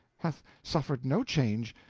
hath suffered no change,